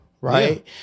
Right